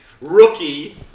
Rookie